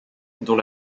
dont